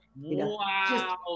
Wow